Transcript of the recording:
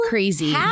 Crazy